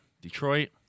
Detroit